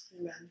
Amen